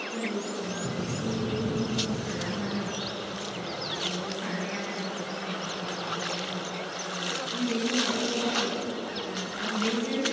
गोरलै समाव एसे गुदुं गुदुं खालामनानै बेनो जानाय आदारफोरखौ होनांगौ थारमाने उन्दै समावथ' अफ्रि गुन्दैजों